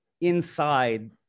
inside